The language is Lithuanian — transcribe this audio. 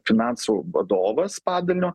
finansų vadovas padalinio